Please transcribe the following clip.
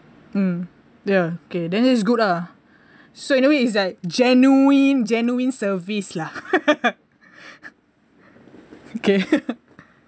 mm ya okay then is good lah so in a way it's that genuine genuine service[lah] okay